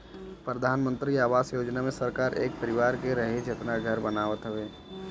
प्रधानमंत्री आवास योजना मे सरकार एक परिवार के रहे जेतना घर बनावत हवे